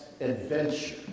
adventure